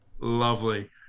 Lovely